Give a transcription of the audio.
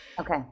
Okay